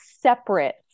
separate